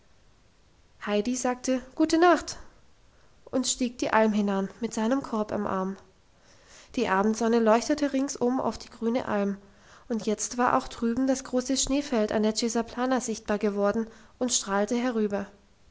heidi sagte gute nacht und stieg die alm hinan mit seinem korb am arm die abendsonne leuchtete ringsum auf die grüne alm und jetzt war auch drüben das große schneefeld an der schesaplana sichtbar geworden und strahlte herüber